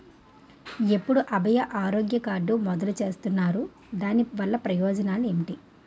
ఎప్పుడు అభయ ఆరోగ్య కార్డ్ మొదలు చేస్తున్నారు? దాని వల్ల ప్రయోజనాలు ఎంటి?